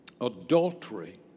adultery